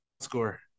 Score